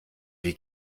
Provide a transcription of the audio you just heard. wie